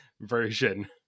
version